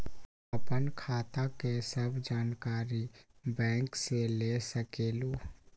आपन खाता के सब जानकारी बैंक से ले सकेलु?